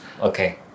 Okay